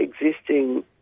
existing